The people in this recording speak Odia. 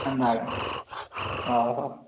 ଆରେ ନାହିଁ ଓ ହୋଃ